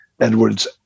Edwards